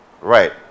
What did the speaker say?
right